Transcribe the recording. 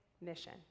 mission